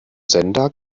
sender